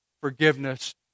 forgiveness